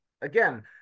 again